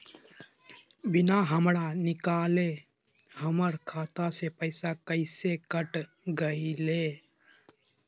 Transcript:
बिना हमरा निकालले, हमर खाता से पैसा कैसे कट गेलई?